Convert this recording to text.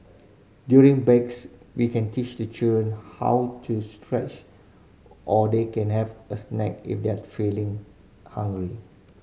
during breaks we can teach the children how to stretch or they can have a snack if they're feeling hungry